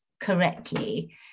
correctly